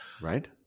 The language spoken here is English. right